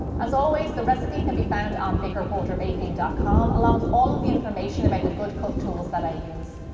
as always the recipe can be found on biggerbolderbaking dot com along with all of the information about the goodcook tools that i use.